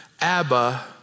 Abba